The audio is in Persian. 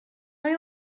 های